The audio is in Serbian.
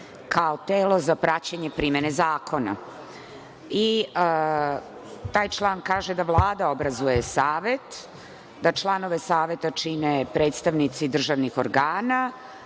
kao telo za praćenje primene zakona. Taj član kaže da Vlada obrazuje savet, da članove saveta čine predstavnici državnih organa